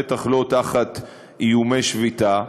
בטח לא תחת איומי שביתה,